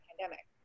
pandemic